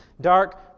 dark